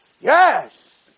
Yes